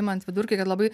imant vidurkį kad labai